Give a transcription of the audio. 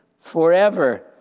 forever